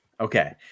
Okay